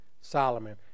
Solomon